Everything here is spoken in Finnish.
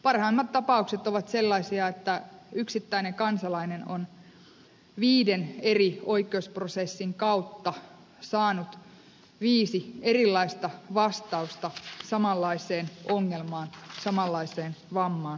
parhaimmat tapaukset ovat sellaisia että yksittäinen kansalainen on viiden eri oikeusprosessin kautta saanut viisi erilaista vastausta samanlaiseen ongelmaan samanlaiseen vammaan tai tapaturmaan